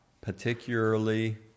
particularly